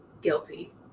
guilty